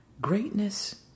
Greatness